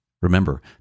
Remember